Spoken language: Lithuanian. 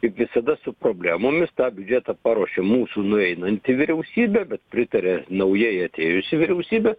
kaip visada su problemomis tą biudžetą paruošė mūsų nueinanti vyriausybė bet pritaria naujai atėjusi vyriausybė